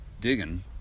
digging